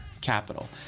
capital